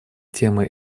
темой